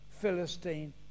Philistine